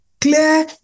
clear